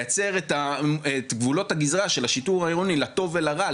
לייצר את גבולות הגזרה של השיטור העירוני לטוב ולרע,